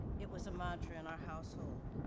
it was a mantra in our household.